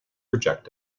reject